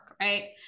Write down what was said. Right